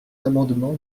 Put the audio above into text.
l’amendement